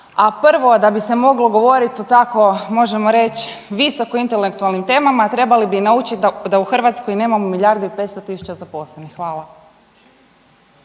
A prvo da bi se moglo govorit o tako možemo reći visoko intelektualnim temama trebali bi naučiti da u Hrvatskoj nemamo milijardu i 500 000 zaposlenih. Hvala.